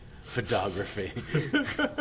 Photography